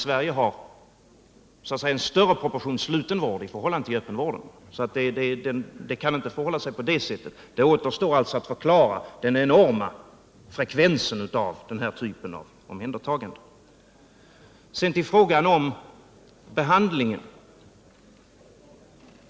Sverige har en större proportion sluten vård i förhållande till öppenvården. Orsaken kan alltså inte vara den som Lars Weinehall förmodade. Det återstår alltså att förklara den enorma frekvensen av den här typen av omhändertaganden. Så till frågan om behandlingen.